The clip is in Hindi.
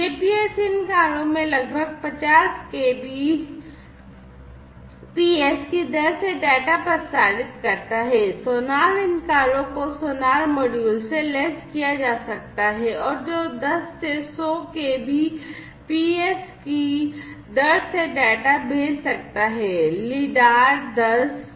जीपीएस इन कारों में लगभग 50 kbps की दर से डेटा प्रसारित करता है सोनार इन कारों को सोनार मॉड्यूल से लैस किया जा सकता है और जो 10 से 100 kbps की दर से डेटा भेज सकता है